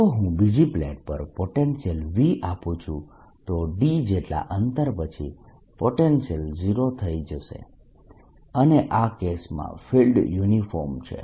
જો હું બીજી પ્લેટ પર પોટેન્શિયલ V આપું છું તો d જેટલા અંતર પછી પોટેન્શિયલ 0 થઇ જશે અને આ કેસમાં ફિલ્ડ યુનિફોર્મ છે